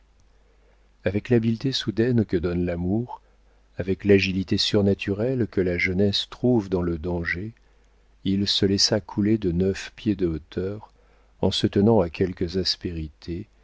avec l'habileté soudaine que donne l'amour avec l'agilité surnaturelle que la jeunesse trouve dans le danger il se laissa couler de neuf pieds de hauteur en se tenant à quelques aspérités